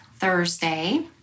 thursday